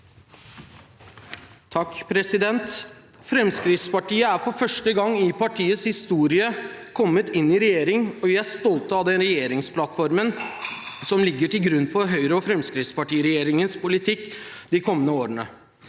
(FrP) Fremskrittspar- tiet er for første gang i partiets historie kommet inn i regjering, og vi er stolte av den regjeringsplattformen som ligger til grunn for Høyre–Fremskrittsparti-regjeringens politikk de kommende årene.